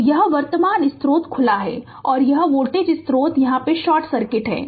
तो यह वर्तमान स्रोत खुला है और यह वोल्टेज स्रोत यहाँ शॉर्ट सर्किट है